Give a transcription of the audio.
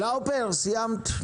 לאופר, סיימת?